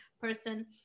person